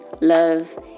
Love